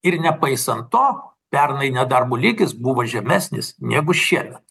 ir nepaisant to pernai nedarbo lygis buvo žemesnis negu šiemet